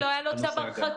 הבסיסי, לא היה לו צו הרחקה.